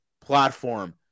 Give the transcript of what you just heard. platform